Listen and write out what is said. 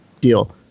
deal